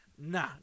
Nah